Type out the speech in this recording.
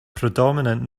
predominant